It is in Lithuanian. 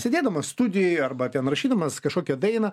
sėdėdamas studijoje arba ten rašydamas kažkokią dainą